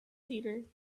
leader